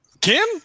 kim